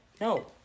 No